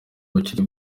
bakiri